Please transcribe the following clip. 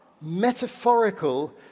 metaphorical